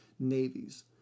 navies